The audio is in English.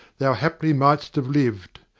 thou haply mightst have lived.